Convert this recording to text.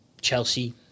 Chelsea